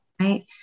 right